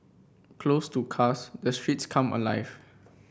closed to cars the streets come alive